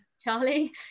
Charlie